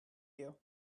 you